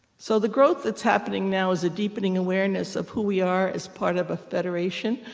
so the growth that's happening now is a deepening awareness of who we are as part of a federation,